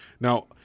Now